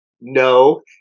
no